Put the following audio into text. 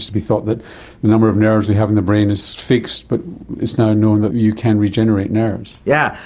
to be thought that the number of nerves we have in the brain is fixed but it's now known that you can regenerate nerves. yeah